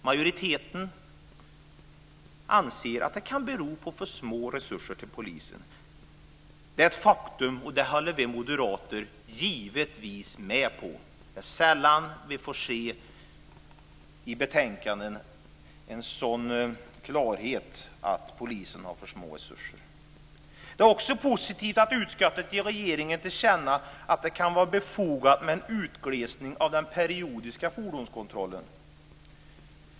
Majoriteten anser att det kan bero på för små resurser till polisen. Det är ett faktum, och det håller vi moderater givetvis med om. Det är sällan vi får se en sådan klarhet i betänkanden om att polisen har små resurser. Det är också positivt att utskottet ger regeringen till känna att det kan vara befogat med en utglesning av den periodiska fordonskontrollen.